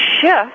shift